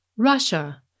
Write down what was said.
Russia